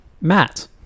Matt